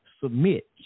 submit